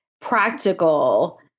practical